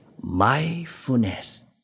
mindfulness